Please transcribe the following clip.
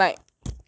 of chitra